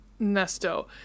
Nesto